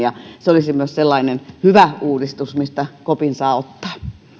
se olisi myös sellainen hyvä uudistus mistä kopin saa ottaa